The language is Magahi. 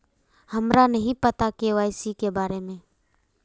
हमरा नहीं पता के.वाई.सी के बारे में?